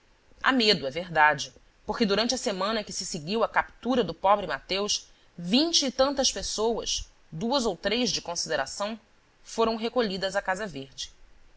a medo é verdade porque durante a semana que se seguiu à captura do pobre mateus vinte e tantas pessoas duas ou três de consideração foram recolhidas à casa verde